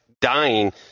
dying